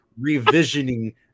revisioning